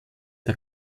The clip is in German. der